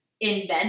invent